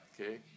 okay